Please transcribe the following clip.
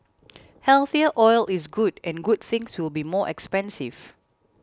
healthier oil is good and good things will be more expensive